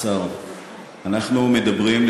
אנחנו מדברים,